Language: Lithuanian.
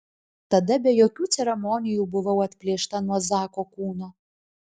tada be jokių ceremonijų buvau atplėšta nuo zako kūno